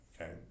okay